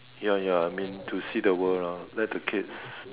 ya ya I mean to see the world round let the kids